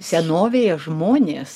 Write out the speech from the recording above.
senovėje žmonės